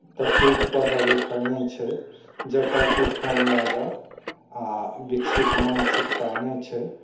ततेक पढ़ल लिखल नहि छै जकर कि खामयाजा आओर विकसित मानसिकता नहि छै